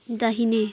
दाहिने